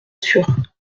sûr